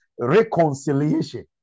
reconciliation